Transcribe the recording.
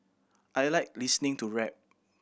I like listening to rap